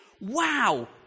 wow